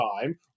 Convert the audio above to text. time